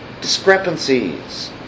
discrepancies